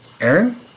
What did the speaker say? Aaron